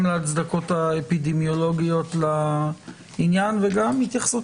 גם להצדקה האפידמיולוגית לעניין וגם התייחסות